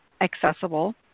accessible